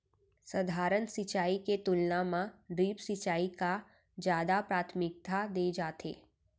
सधारन सिंचाई के तुलना मा ड्रिप सिंचाई का जादा प्राथमिकता दे जाथे